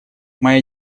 моя